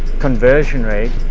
conversion rate,